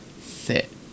sit